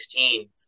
2016